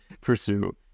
pursue